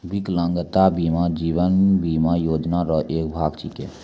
बिकलांगता बीमा जीवन बीमा योजना रो एक भाग छिकै